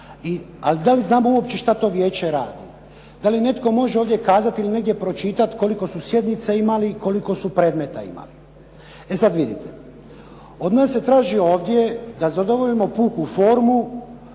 a da li znamo uopće što to vijeće radi? Da li netko možde ovdje kazati ili negdje pročitati koliko su sjednica imali, koliko su predmeta imali? E sada vidite od nas se traži ovdje da zadovoljimo puku formu